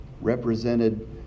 represented